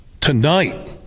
tonight